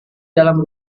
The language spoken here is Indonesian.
dalam